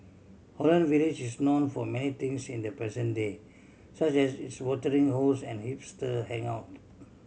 Holland Village is known for many things in the present day such as its watering holes and hipster hangout